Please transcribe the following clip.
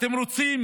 אתם רוצים